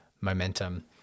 momentum